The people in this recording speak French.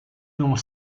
l’ont